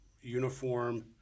uniform